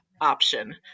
option